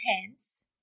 hands